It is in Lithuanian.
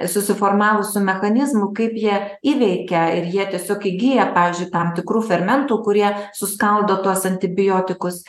susiformavusių mechanizmų kaip jie įveikia ir jie tiesiog įgyja pavyzdžiui tam tikrų fermentų kurie suskaldo tuos antibiotikus